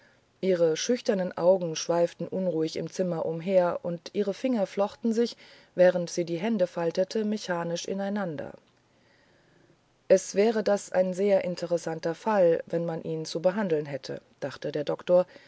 ihre schüchternen augen schweiften ruhig im zimmer umher und ihre finger flochten sich während sie die hände faltete mechanisch ineinander es wäre das ein sehr interessanter fall wenn man ihn zu behandeln hätte dachte der doktor